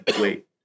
wait